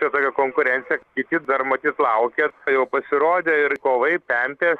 čia tokia konkurencija kiti dar matyt laukia jau pasirodė ir kovai tempė